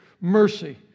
mercy